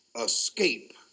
escape